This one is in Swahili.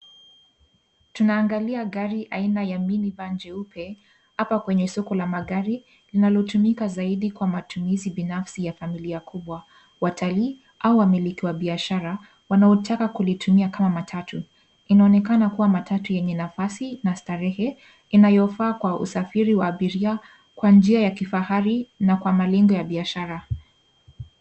Tunaangalia gari aina ya mini van jeupe hapa kwenye soko la magari linalotumika zaidi kwa matumizi binafsi ya mafamilia kubwa, watalii au wamiliki wa biashara wanaotaka kulitumia kama matatu. Inaonekana kuwa matatu yenye nafasi na starehe inayofaa kwa usafiri wa abiria kwa njia ya kifahari na kwa malengo ya biashara.